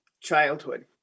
childhood